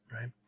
right